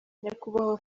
nyakubahwa